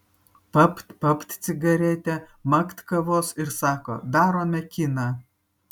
papt papt cigaretę makt kavos ir sako darome kiną